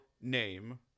name